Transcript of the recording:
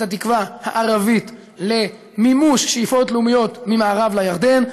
התקווה הערבית למימוש שאיפות לאומיות ממערב לירדן.